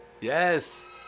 Yes